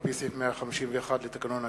על-פי סעיף 151 לתקנון הכנסת,